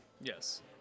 Yes